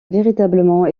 véritablement